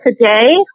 today